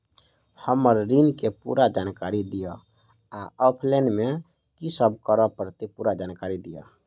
हम्मर ऋण केँ पूरा जानकारी दिय आ ऑफलाइन मे की सब करऽ पड़तै पूरा जानकारी दिय?